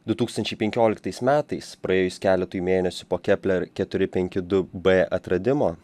du tūkstančiai penkioliktais metais praėjus keletui mėnesių po kepler keturi penki du b atradimo